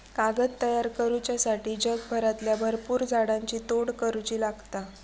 कागद तयार करुच्यासाठी जगभरातल्या भरपुर झाडांची तोड करुची लागता